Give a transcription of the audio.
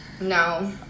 no